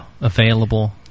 available